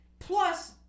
Plus